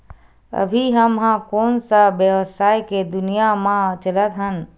अभी हम ह कोन सा व्यवसाय के दुनिया म चलत हन?